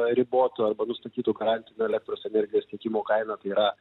ribotų arba nustatytų garantinio elektros energijos tiekimo kainą tai yra